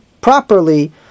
properly